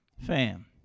Fam